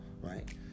right